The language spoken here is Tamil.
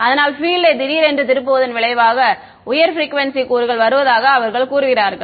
அதனால் பீல்ட் யை திடீரென்று திருப்புவதன் விளைவாக உயர் ப்ரிக்குவேன்சி கூறுகள் வருவதாக அவர்கள் கூறுகிறார்கள்